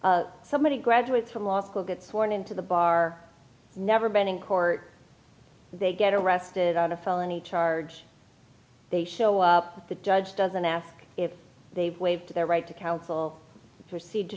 if somebody graduates from law school get sworn into the bar never been in court they get arrested on a felony charge they show up the judge doesn't ask if they've waived their right to counsel proceed to